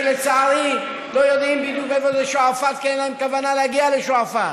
שלצערי לא יודעים בדיוק איפה זה שועפאט כי אין להם כוונה להגיע לשועפאט